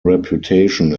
reputation